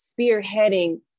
spearheading